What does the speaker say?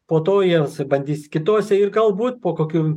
po to jie s bandys kituose ir galbūt po kokių